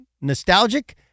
nostalgic